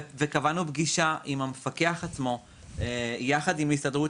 וקבענו פגישה עם המפקח עצמו יחד עם הסתדרות